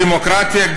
דמוקרטיה,